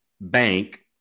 bank